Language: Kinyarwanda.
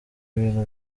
ibintu